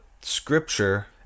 scripture